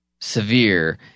severe